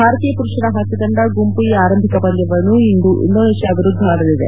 ಭಾರತೀಯ ಪುರುಷರ ಹಾಕಿ ತಂಡ ಗುಂಪು ಎ ಆರಂಭಿಕ ಪಂದ್ಯವನ್ನು ಇಂದು ಇಂಡೋನೇಷ್ಯಾ ವಿರುದ್ದ ಆಡಲಿದೆ